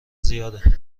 زیاده